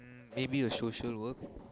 maybe a social work